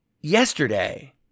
yesterday